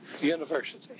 University